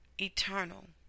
Eternal